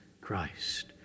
Christ